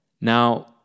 Now